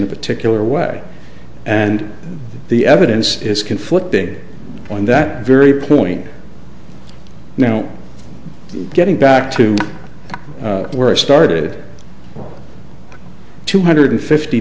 a particular way and the evidence is conflicting on that very point now getting back to where i started two hundred fifty